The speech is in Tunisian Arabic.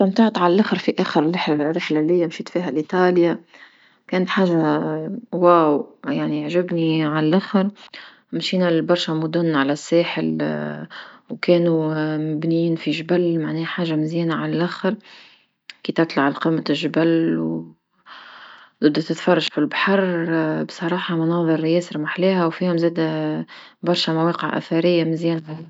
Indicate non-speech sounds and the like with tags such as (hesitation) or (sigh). ستمتعت على لخر في أخر رح- (noise) رحلة ليا مشيت فيها لإطاليا، كانت حاجة (noise) واو (noise) يعني عجبتني على لخر، مشينا لبرشا مدن على ساحل (hesitation) وكانو (hesitation) مبنين في جبل معنها حاجة مزيانة على لخر، كي تطلع لقمة الجبل (hesitation) تبدأ تتفرج في البحر (hesitation) بصراحة مناضر ياسر محلها وفيهم زادة (hesitation) برشا مواقع أثرية مزيانة على لخر.